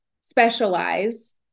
specialize